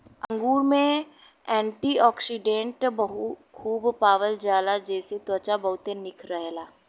अंगूर में एंटीओक्सिडेंट खूब पावल जाला जेसे त्वचा बहुते निक रहेला